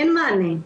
אין מענה.